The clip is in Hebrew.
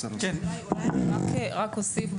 אני רק אוסיף,